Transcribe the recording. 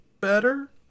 better